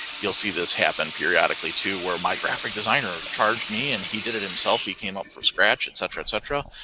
you'll see this happen periodically to where my graphic designer charged me and he did it himself. he came up for scratch, et cetera, et cetera.